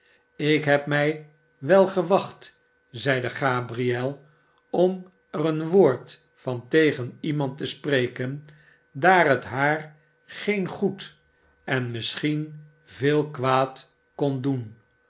ik heb mij wel gewacht zeide gabriel om er een woord van tegen iemand te spreken daar het haar geen goed en misschien veel kwaad kon doen